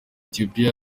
ethiopiya